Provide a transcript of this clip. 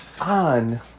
on